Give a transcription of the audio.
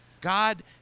God